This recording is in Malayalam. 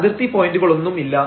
അതിർത്തി പോയന്റുകളൊന്നും ഇല്ല